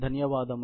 ధన్యవాదాలు